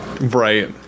Right